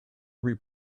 every